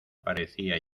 parecía